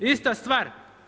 Ista stvar.